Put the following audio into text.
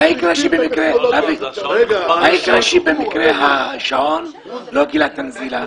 יקרה שבמקרה השעון לא גילה את הנזילה?